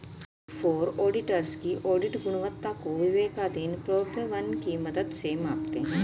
big four auditors की audit गुणवत्ता को विवेकाधीन प्रोद्भवन की मदद से मापते हैं